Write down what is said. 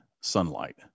sunlight